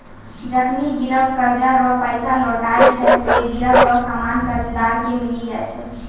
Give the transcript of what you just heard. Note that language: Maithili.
जखनि गिरब कर्जा रो पैसा लौटाय छै ते गिरब रो सामान कर्जदार के मिली जाय छै